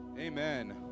Amen